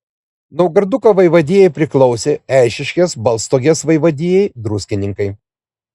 naugarduko vaivadijai priklausė eišiškės balstogės vaivadijai druskininkai